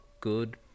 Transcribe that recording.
good